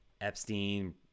Epstein